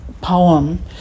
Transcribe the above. poem